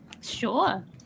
Sure